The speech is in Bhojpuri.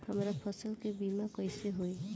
हमरा फसल के बीमा कैसे होई?